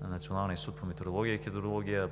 Националния институт по метеорология и хидрология,